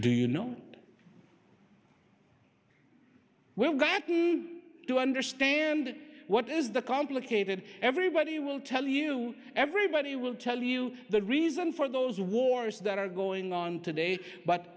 do you know we have got to understand what is the complicated everybody will tell you everybody will tell you the reason for those wars that are going on today but